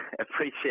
appreciate